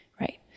right